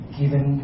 given